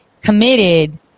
committed